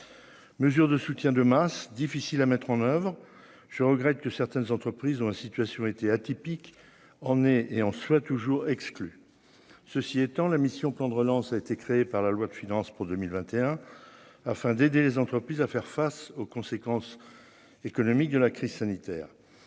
mesures de soutien de masse, difficile à mettre en oeuvre, je regrette que certaines entreprises ont la situation été atypique emmener et en soient toujours exclus, ceci étant, la mission plan de relance, a été créé par la loi de finances pour 2021 afin d'aider les entreprises à faire face aux conséquences économiques de la crise sanitaire,